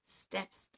steps